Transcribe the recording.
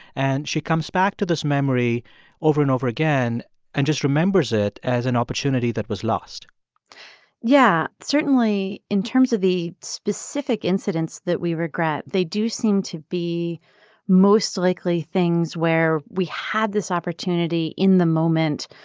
and she comes back to this memory over and over again and just remembers it as an opportunity that was lost yeah, certainly, in terms of the specific incidents that we regret, they do seem to be most likely things where we had this opportunity in the moment,